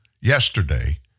yesterday